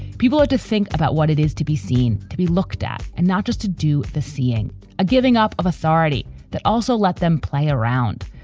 people are to think about what it is to be seen, to be looked at and not just to do the seeing a giving up of authority that also let them play around.